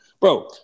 Bro